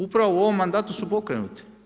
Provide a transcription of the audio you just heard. Upravo u ovom mandatu su pokrenuti.